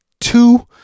two